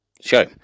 show